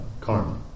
karma